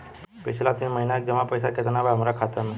पिछला तीन महीना के जमा पैसा केतना बा हमरा खाता मे?